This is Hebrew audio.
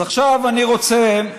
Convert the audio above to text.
אז עכשיו אני רוצה,